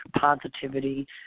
positivity